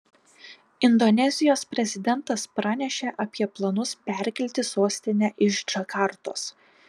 indonezijos prezidentas pranešė apie planus perkelti sostinę iš džakartos